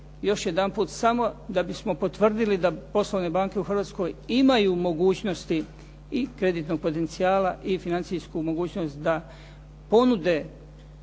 još jedanput samo da bismo potvrdili da poslovne banke u Hrvatskoj imaju mogućnosti i kreditnog potencijala i financijsku mogućnost da ponude